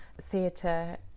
theatre